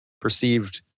perceived